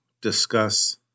discuss